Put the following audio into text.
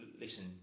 listen